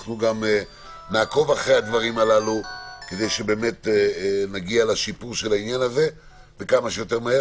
אנחנו נעקוב אחרי הדברים כדי שנגיע לשיפור כמה שיותר מהר.